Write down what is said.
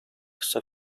kısa